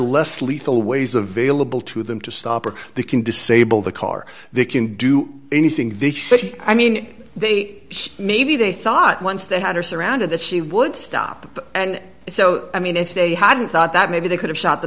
less lethal ways a veil of bull to them to stop or they can disable the car they can do anything i mean they maybe they thought once they had her surrounded that she would stop and so i mean if they hadn't thought that maybe they could have shot the